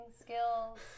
skills